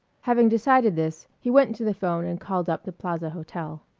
having decided this he went to the phone and called up the plaza hotel.